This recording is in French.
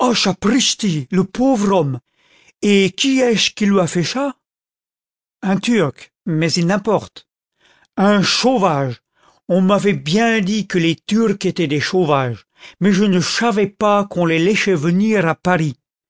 le pauvre homme l et qui est che qui lui a fait cha content from google book search generated at un turc mais il n'importe un chauvage on m'avait bien dit que les turcs étaient des chauvages mais je ne chavais pas qu'on les laichait venir à paris